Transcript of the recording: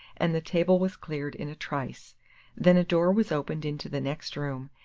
and the table was cleared in a trice then a door was opened into the next room,